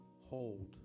hold